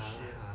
shit